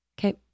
Okay